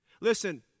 Listen